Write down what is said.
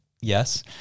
Yes